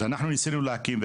אז אנחנו ניסינו להקים,